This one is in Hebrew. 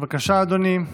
בבקשה, אדוני,